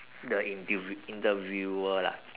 the interview~ interviewer lah